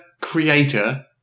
creator